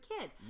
kid